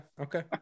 Okay